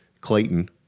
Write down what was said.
Clayton